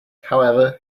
however